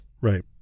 right